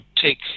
take